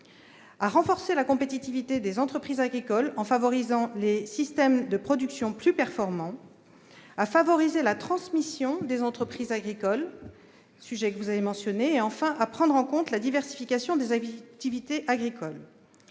de renforcer la compétitivité des entreprises agricoles en favorisant les systèmes de production plus performants ; de favoriser la transmission des entreprises agricoles, sujet que vous avez mentionné ; enfin, de prendre en compte la diversification des activités agricoles.